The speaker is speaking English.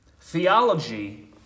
Theology